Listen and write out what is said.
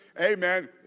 Amen